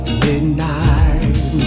midnight